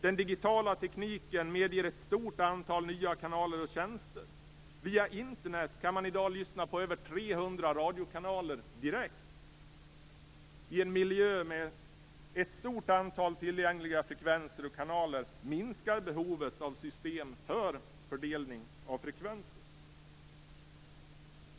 Den digitala tekniken medger ett stort antal nya kanaler och tjänster. Via Internet kan man i dag lyssna på över 300 radiokanaler direkt. I en miljö med ett stort antal tillgängliga frekvenser och kanaler minskar behovet av system för fördelning av frekvenser.